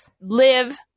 live